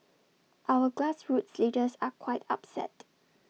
our grassroots leaders are quite upset